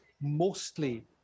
mostly